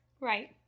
Right